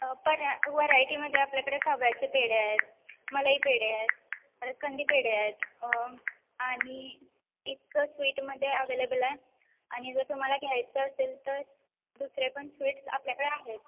पर व्हरायटीमदे आपल्याकडे खव्याचे पेडे आहेत मलाई पेडे आहे पर कंदी पेडे आहेत आनि इतकं स्वीटमध्ये अवेलेबल आहे आणि जर तुम्हाला घ्यायचं असेल तर दुसरे पण स्वीट्स आपल्याकडे आहेत